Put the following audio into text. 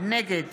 נגד